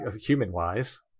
human-wise